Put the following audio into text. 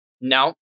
No